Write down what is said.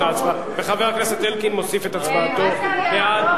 חבר הכנסת אלקין מוסיף את הצבעתו בעד,